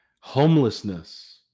Homelessness